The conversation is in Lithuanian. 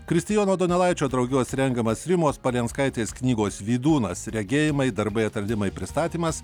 kristijono donelaičio draugijos rengiamas rimos palijanskaitės knygos vydūnas regėjimai darbai atradimai pristatymas